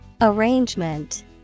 Arrangement